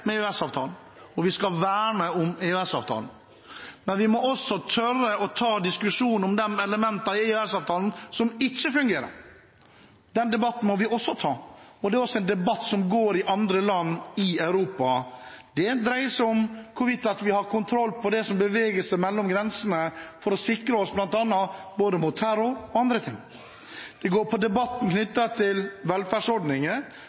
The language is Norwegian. med EØS-avtalen, og vi skal verne om EØS-avtalen. Men vi må også tørre å ta diskusjonen om de elementene i EØS-avtalen som ikke fungerer – den debatten må vi også ta. Det er også en debatt som går i andre land i Europa. Den dreier seg om hvorvidt vi har kontroll på det som beveger seg over grensene for å sikre oss både mot terror og andre ting, og det går på debatten